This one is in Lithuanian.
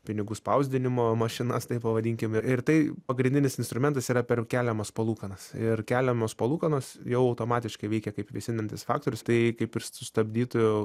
pinigų spausdinimo mašinas taip pavadinkim ir ir tai pagrindinis instrumentas yra per keliamas palūkanas ir keliamos palūkanos jau automatiškai veikia kaip vėsinantis faktorius tai kaip ir sustabdytų